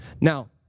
Now